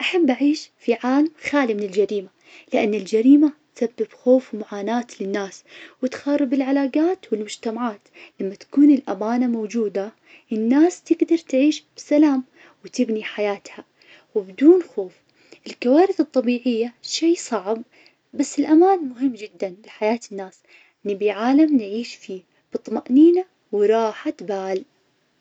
أحب أعيش في عام خالي من الجريمة, لان الجريمة تسبب خوف ومعاناة للناس, وتخرب العلاقات والمجتمعات, لما تكون الأمانة موجودة, الناس تقدر تعيش بسلام وتبني حياتها, وبدون خوف, الكوارث الطبيعية شي صعب, بس الأمان مهم جداً لحياة الناس, نبي عالم نعيش فيه بطمأنينة وراحة بال.